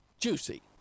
juicy